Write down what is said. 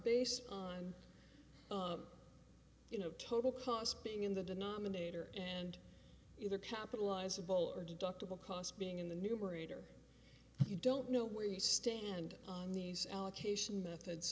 based on you know total cost being in the denominator and either capitalize a bowl or deductible cost being in the numerator you don't know where you stand on these allocation methods